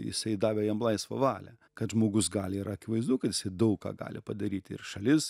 jisai davė jam laisvą valią kad žmogus gali yra akivaizdu kad jisai daug ką gali padaryti ir šalis